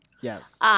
Yes